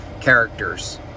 characters